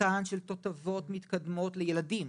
מתן של תותבות מתקדמות לילדים,